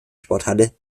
sporthalle